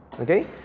Okay